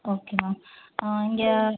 okay ma'am ஆ இங்கே